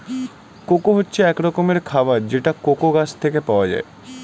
cocoa হচ্ছে এক ধরনের খাবার যেটা কোকো গাছ থেকে পাওয়া যায়